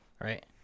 right